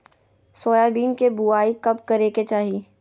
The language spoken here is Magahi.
सोयाबीन के बुआई कब करे के चाहि?